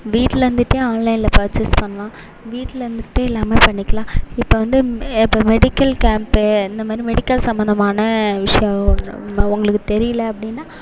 வீட்டில் இருந்துகிட்டே ஆன்லைனில் பர்சேஸ் பண்ணலாம் வீட்டில் இருந்துகிட்டே எல்லாம் பண்ணிக்கலாம் இப்போ வந்து இப்போ மெடிக்கல் கேம்ப்பு இந்த மாதிரி மெடிக்கல் சம்மந்தமான விஷ்யம் உங்களுக்கு தெரியலை அப்படினா